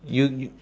you y~